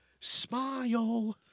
smile